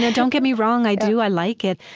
yeah don't get me wrong. i do. i like it.